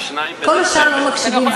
כל השאר לא מקשיבים,